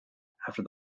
after